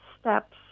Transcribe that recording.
steps